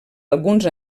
alguns